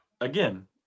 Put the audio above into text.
again